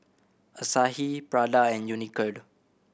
Asahi Prada and Unicurd